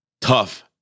tough